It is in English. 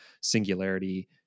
singularity